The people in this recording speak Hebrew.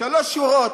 שלוש שורות.